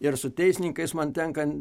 ir su teisininkais man tenka